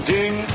Ding